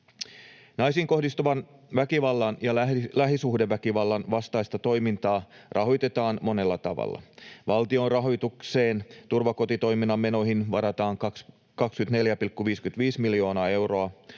Naisiin kohdistuvan väkivallan ja lähisuhdeväkivallan vastaista toimintaa rahoitetaan monella tavalla. Valtion rahoitukseen turvakotitoiminnan menoihin varataan 24,55 miljoonaa euroa.